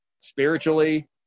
spiritually